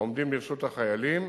העומדים לרשות החיילים